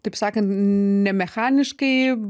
taip sakant ne mechaniškai